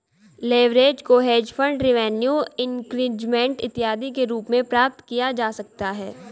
leverage को hedge fund revenue increasement इत्यादि के रूप में प्राप्त किया जा सकता है